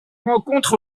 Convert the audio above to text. rencontre